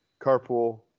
Carpool